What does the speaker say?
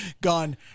gone